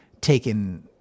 taken